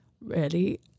Ready